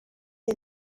une